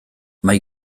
mae